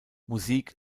musik